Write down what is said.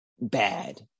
bad